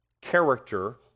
character